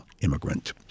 immigrant